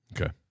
Okay